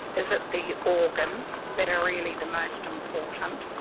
is it the organs that are really the most important,